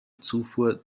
zufuhr